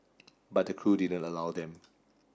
but the crew didn't allow them